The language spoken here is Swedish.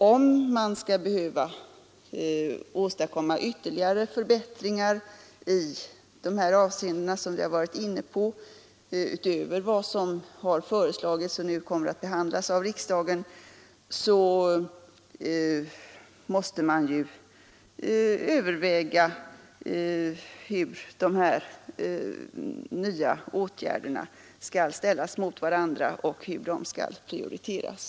Om det behövs ytterligare förbättringar i dessa avseenden, utöver vad som föreslagits och nu kommer att behandlas i riksdagen, så måste man överväga vilka åtgärder som skall prioriteras.